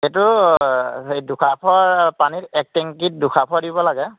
এইটো হেৰি দুসাফৰ পানীত এক টেংকিত দুসাফৰ দিব লাগে